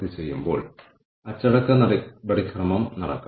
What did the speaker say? leadership ഇൻവെന്ററികൾ സൂക്ഷിക്കാം